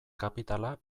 kapitala